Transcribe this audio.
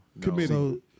committee